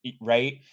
Right